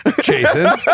Jason